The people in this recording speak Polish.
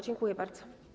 Dziękuję bardzo.